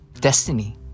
destiny